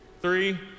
three